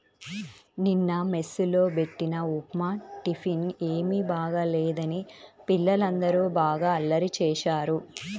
నిన్న మెస్ లో బెట్టిన ఉప్మా టిఫిన్ ఏమీ బాగోలేదని పిల్లలందరూ బాగా అల్లరి చేశారు